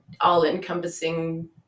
all-encompassing